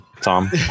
Tom